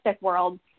world